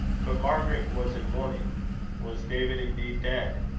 but margaret was in mourning was david indeed dead?